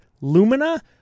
Lumina